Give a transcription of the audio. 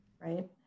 right